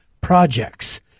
projects